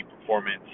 performance